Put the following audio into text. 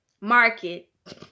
market